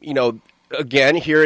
you know again here in